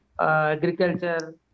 agriculture